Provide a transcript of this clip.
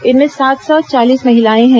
इनमें सात सौ चालीस महिलाएं हैं